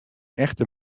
echte